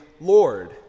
Lord